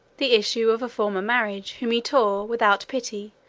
the issue of a former marriage, whom he tore, without pity,